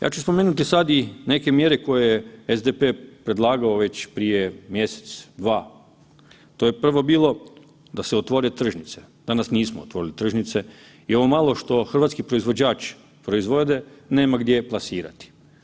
Ja ću spomenuti sada i neke mjere koje SDP predlagao već prije mjesec, dva, to je bilo da se otvore tržnice, danas nismo otvorili tržnice i ovo malo što hrvatski proizvođač proizvede nema gdje plasirati.